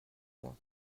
moi